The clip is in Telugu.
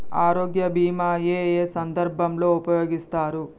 ఆరోగ్య బీమా ఏ ఏ సందర్భంలో ఉపయోగిస్తారు?